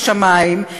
בשמים,